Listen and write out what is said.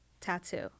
tattoo